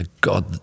God